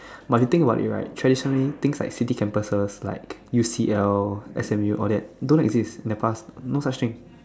but you think about it right traditionally things like city campuses like U_C_L S_M_U all that don't exist in the past no such thing